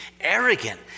arrogant